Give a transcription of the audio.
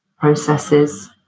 processes